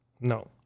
No